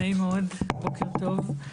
נעים מאוד ובוקר טוב.